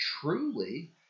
truly